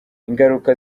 ingaruka